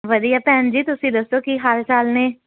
ਵਧੀਆ ਭੈਣ ਜੀ ਤੁਸੀਂ ਦੱਸੋ ਕੀ ਹਾਲ ਚਾਲ ਨੇ